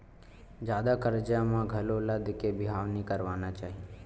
जादा करजा म घलो लद के बिहाव नइ करना चाही